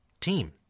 team